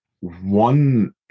one